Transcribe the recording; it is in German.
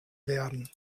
werden